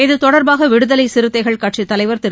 இதுதொடர்பாக விடுதலை சிறுத்தைகள் கட்சித் தலைவர் திரு